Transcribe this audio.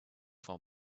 for